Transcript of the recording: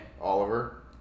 Oliver